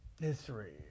History